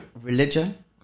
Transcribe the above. religion